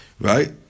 right